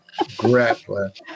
Grappler